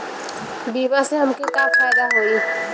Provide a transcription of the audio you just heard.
बीमा से हमके का फायदा होई?